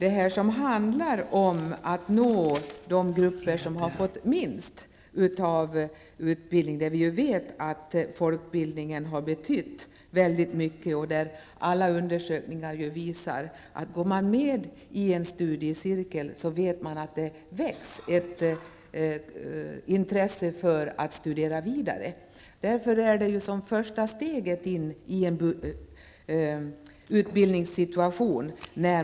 En fråga handlar om att nå de grupper som har fått minst utbildning. Vi vet att folkbildningen har betytt mycket för dem. Alla undersökningar visar att om man går med i en studiecirkel väcks ett intresse för att studera vidare. Att komma med i en studiecirkel är därför första steget in i en utbildningssituation.